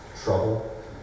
trouble